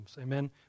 Amen